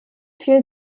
fiel